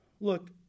Look